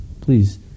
please